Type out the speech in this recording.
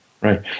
right